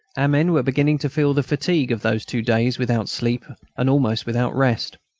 our men were beginning to feel the fatigue of those two days without sleep and almost without rest.